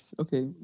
okay